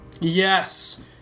yes